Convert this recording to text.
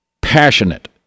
passionate